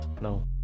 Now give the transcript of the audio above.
no